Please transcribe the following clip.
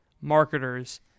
marketers